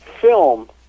film